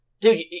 dude